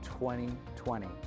2020